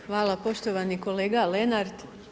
Hvala poštovani kolega Lenart.